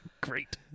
Great